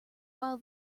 while